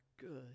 good